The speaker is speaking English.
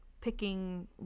picking